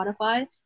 Spotify